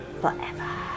forever